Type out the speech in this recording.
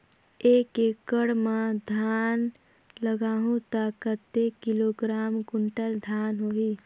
एक एकड़ मां धान लगाहु ता कतेक किलोग्राम कुंटल धान होही?